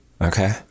okay